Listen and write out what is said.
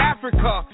Africa